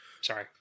Sorry